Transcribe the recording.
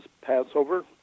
Passover